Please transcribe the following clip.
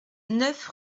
neuf